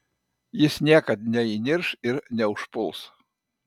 jis niekad neįnirš ir neužpuls